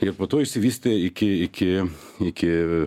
ir po to išsivystė iki iki iki